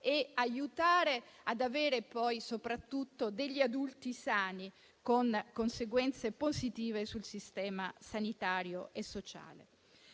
per aiutare ad avere soprattutto adulti sani, con ricadute positive sul sistema sanitario e sociale.